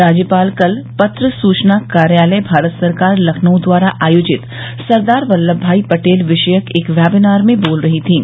राज्यपाल कल पत्र सुचना कार्यालय भारत सरकार लखनऊ द्वारा आयोजित सरदार वल्लम भाई पटेल विषयक एक वेबिनार में बोल रहीं थीं